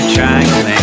Triangle